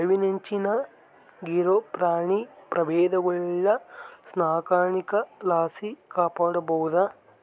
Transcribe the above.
ಅಳಿವಿನಂಚಿನಾಗಿರೋ ಪ್ರಾಣಿ ಪ್ರಭೇದಗುಳ್ನ ಸಾಕಾಣಿಕೆ ಲಾಸಿ ಕಾಪಾಡ್ಬೋದು